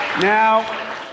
Now